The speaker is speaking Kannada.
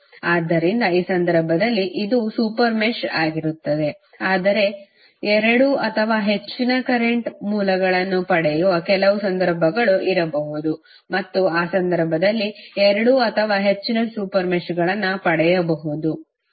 ಆದ್ದರಿಂದ ಈ ಸಂದರ್ಭದಲ್ಲಿ ಇದು ಸೂಪರ್ ಮೆಶ್ ಆಗಿರುತ್ತದೆ ಆದರೆ ಎರಡು ಅಥವಾ ಹೆಚ್ಚಿನ ಕರೆಂಟ್ ಮೂಲಗಳನ್ನು ಪಡೆಯುವ ಕೆಲವು ಸಂದರ್ಭಗಳು ಇರಬಹುದು ಮತ್ತು ಆ ಸಂದರ್ಭದಲ್ಲಿ ಎರಡು ಅಥವಾ ಹೆಚ್ಚಿನ ಸೂಪರ್ ಮೆಶ್ಗಳನ್ನು ಪಡೆಯಬಹುದು